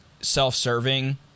self-serving